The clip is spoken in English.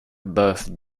both